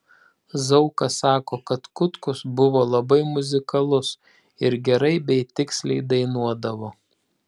zauka sako kad kutkus buvo labai muzikalus ir gerai bei tiksliai dainuodavo